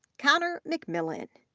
connor mcmillin,